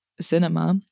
cinema